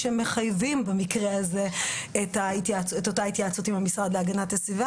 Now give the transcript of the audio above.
שמחייבים במקרה הזה את אותה התייעצות עם המשרד להגנת הסביבה